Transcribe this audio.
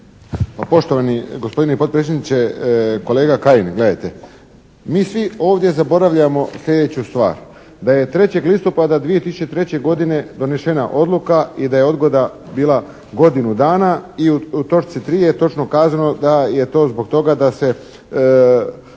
Poštovani gospodine potpredsjedniče! Kolega Kajin, gledajte. Mi svi ovdje zaboravljamo slijedeću stvar, da je 3. listopada 2003. godine donesena odluka i da je odgoda bila godinu dana i u točci 3. je točno kazano da je to zbog toga da se